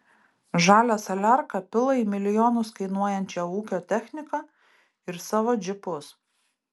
žalią saliarką pila į milijonus kainuojančią ūkio techniką ir savo džipus